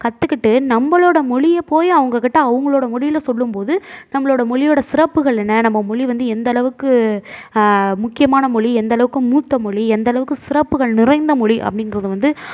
கற்றுக்கிட்டு நம்மளோட மொழியை போய் அவங்கக்கிட்ட அவங்களோட மொழியில் சொல்லும்போது நம்மளோட மொழியோட சிறப்புகள் என்ன நம்ம மொழி வந்து எந்தளவுக்கு முக்கியமான மொழி எந்தளவுக்கு மூத்த மொழி எந்தளவுக்கு சிறப்புகள் நிறைந்த மொழி அப்படிங்கிறத வந்து